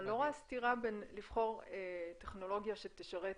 אבל אני לא רואה סתירה בין בחירת טכנולוגיה שתשרת